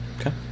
Okay